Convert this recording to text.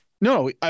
No